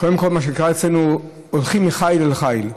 קודם כול, מה שקרה אצלנו, הולכים מחיל לחיל.